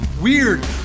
weird